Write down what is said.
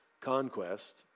conquest